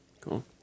Cool